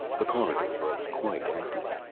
the corridor was quite empty.